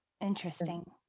Interesting